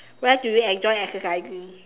where do you enjoy exercising